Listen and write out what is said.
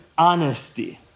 honesty